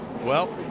well,